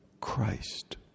Christ